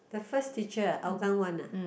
the first teacher Hougang one ah